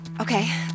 Okay